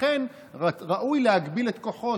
לכן ראוי להגביל את כוחו,